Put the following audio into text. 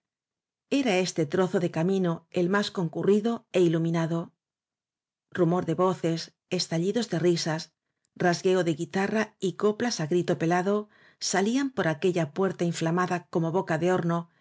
era este trozo de camino el más concurrido é iluminado rumor de voces estallidos de risas rasgueo de guitarra y coplas á grito pelado salían por aquella puerta inflamada como boca de horno